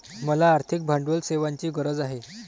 मला आर्थिक भांडवल सेवांची गरज आहे